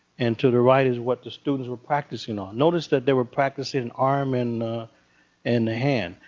and to the right is what the students were practicing on. notice that they were practicing and arm and and the hand.